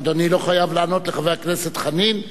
אדוני לא חייב לענות לחבר הכנסת חנין.